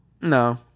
No